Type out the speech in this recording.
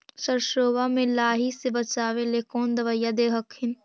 सरसोबा मे लाहि से बाचबे ले कौन दबइया दे हखिन?